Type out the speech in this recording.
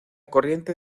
corriente